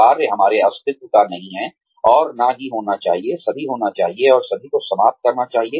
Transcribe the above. कार्य हमारे अस्तित्व का नहीं है और न ही होना चाहिए सभी होना चाहिए और सभी को समाप्त करना चाहिए